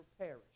perish